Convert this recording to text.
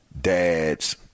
dads